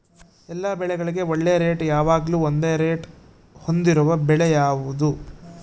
ಎಲ್ಲ ಬೆಳೆಗಳಿಗೆ ಒಳ್ಳೆ ರೇಟ್ ಯಾವಾಗ್ಲೂ ಒಂದೇ ರೇಟ್ ಹೊಂದಿರುವ ಬೆಳೆ ಯಾವುದು?